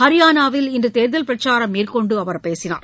ஹரியானாவில் இன்று தேர்தல் பிரச்சாரம் மேற்கொண்டு அவர் பேசினார்